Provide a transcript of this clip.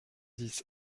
dix